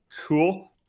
cool